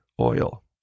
oil